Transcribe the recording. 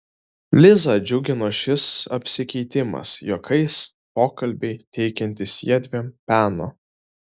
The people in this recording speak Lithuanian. lizą džiugino šis apsikeitimas juokais pokalbiai teikiantys jiedviem peno